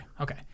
okay